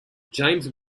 james